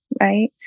Right